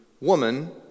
Woman